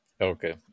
Okay